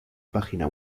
página